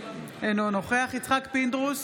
אינו נוכח יצחק פינדרוס,